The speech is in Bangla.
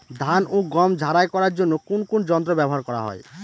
ধান ও গম ঝারাই করার জন্য কোন কোন যন্ত্র ব্যাবহার করা হয়?